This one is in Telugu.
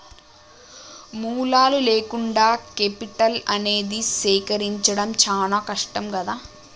మూలాలు లేకుండా కేపిటల్ అనేది సేకరించడం చానా కష్టం గదా